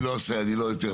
אני לא אעשה את זה.